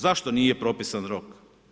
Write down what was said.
Zašto nije propisan rok?